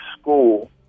school